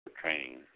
training